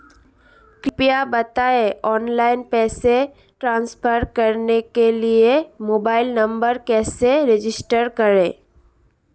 कृपया बताएं ऑनलाइन पैसे ट्रांसफर करने के लिए मोबाइल नंबर कैसे रजिस्टर करें?